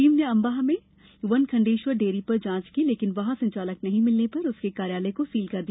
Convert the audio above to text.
team ने अम्बाह में Bankhandeshwar dairy पर जांच की लेकिन वहां संचालक नही मिलने पर उसके कार्यालय को सील किया गया